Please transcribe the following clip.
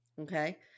okay